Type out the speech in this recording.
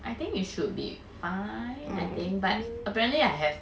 I think it should be fine I think but apparently I have